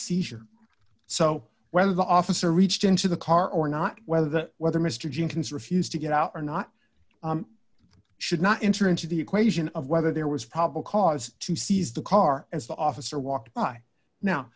seizure so whether the officer reached into the car or not whether the whether mr jenkins refused to get out or not should not enter into the equation of whether there was probable cause to seize the car as the officer walked by now